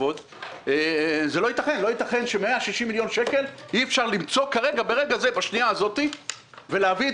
לא יתכן שאי-אפשר למצוא 160 מיליון ולהביא את